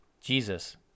Jesus